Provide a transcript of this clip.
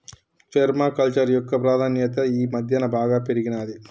పేర్మ culture యొక్క ప్రాధాన్యత ఈ మధ్యన బాగా పెరిగినాది